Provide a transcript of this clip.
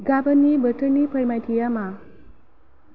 गाबोननि बोथोरनि फोरमायथिया मा